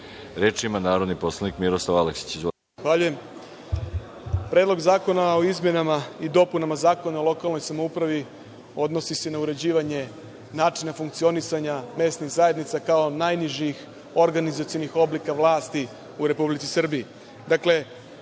Miroslav Aleksić. **Miroslav Aleksić** Zahvaljujem. Predlog zakona o izmenama i dopunama Zakona o lokalnoj samoupravi odnosi se na uređivanje načina funkcionisanja mesnih zajednica kao najnižih organizacionih oblika vlasti u Republici Srbiji.U